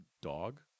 dog